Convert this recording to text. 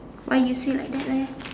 why give me like that leh